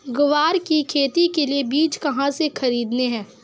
ग्वार की खेती के लिए बीज कहाँ से खरीदने हैं?